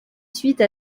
suite